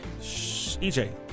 EJ